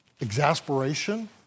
Exasperation